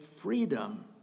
freedom